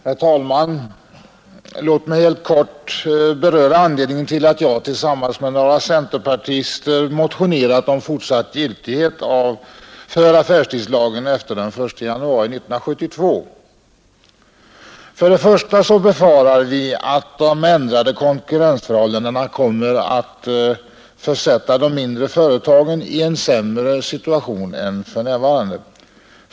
Herr talman! Låt mig helt kort beröra anledningen till att jag tillsammans med några centerpartister motionerat om fortsatt giltighet för affärstidslagen efter den 1 januari 1972. För det första befarar vi att de ändrade konkurrensförhållandena kommer att försätta de mindre företagen i en sämre situation än för närvarande.